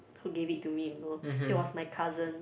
who gave it to me you know it was my cousin